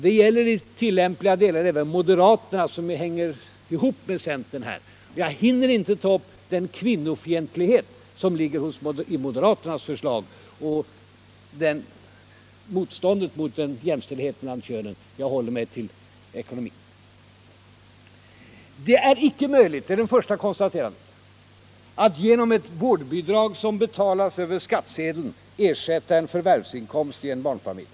Det gäller i tillämpliga delar även moderaterna, som ju hänger ihop med centern i det här fallet. Jag hinner emellertid inte ta upp den kvinnofientlighet som ligger i moderaternas förslag och deras motstånd mot jämställdhet mellan könen, utan jag håller mig till ekonomin. Det är icke möjligt att genom ett vårdbidrag som betalas över skattsedeln ersätta en förvärvsinkomst i en barnfamilj.